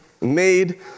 made